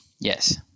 Yes